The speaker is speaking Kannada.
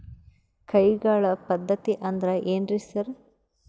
ಕೈಗಾಳ್ ಪದ್ಧತಿ ಅಂದ್ರ್ ಏನ್ರಿ ಸರ್?